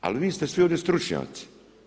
Ali niste svi ovdje stručnjaci.